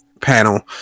panel